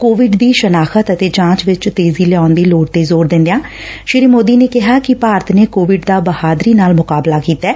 Covid ਦੀ ਸ਼ਨਾਖਤ ਅਤੇ ਜਾਂਚ ਚ ਤੇਜ਼ੀ ਲਿਆਉਣ ਦੀ ਲੋੜ ਤੇ ਜ਼ੋਰ ਦਿਦਿਆਂ ਸ੍ਰੀ ਮੋਦੀ ਨੇ ਕਿਹਾ ਕਿ ਭਾਰਤ ਨੇ ਕੋਵਿਡ ਦਾ ਬਹਾਦਰੀ ਨਾਲ ਮੁਕਾਬਲਾ ਕੀਤੈ